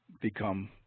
become